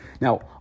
Now